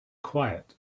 quiet